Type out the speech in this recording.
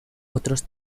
otros